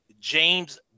James